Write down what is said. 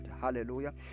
Hallelujah